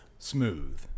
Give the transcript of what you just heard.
Smooth